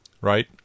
right